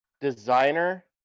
designer